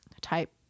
type